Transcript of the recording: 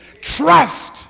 trust